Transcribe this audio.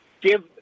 give